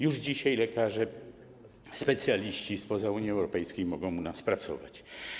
Już dzisiaj lekarze specjaliści spoza Unii Europejskiej mogą u nas pracować.